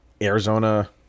Arizona